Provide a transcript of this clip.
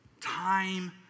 Time